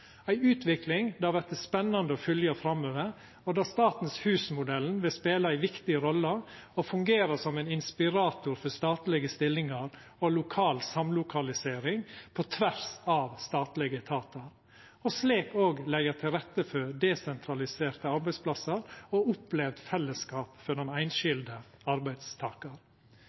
ei utvikling det vert spennande å fylgja framover, der Statens Hus-modellen vil spela ei viktig rolle og fungera som ein inspirator for statlege stillingar og lokal samlokalisering på tvers av statlege etatar og slik òg leggja til rette for desentraliserte arbeidsplassar og opplevd fellesskap for den einskilde